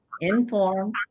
inform